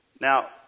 Now